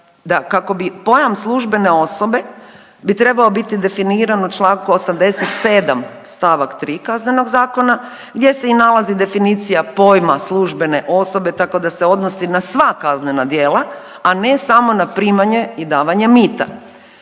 kako bi pojam službene osobe bi trebao biti definiran u čl. 87 st. 3 Kaznenog zakona, gdje se i nalazi definicija pojma službene osobe, tako da se odnosi na sva kaznena djela, a ne samo na primanje i davanje mita.